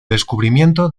descubrimiento